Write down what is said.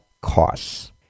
costs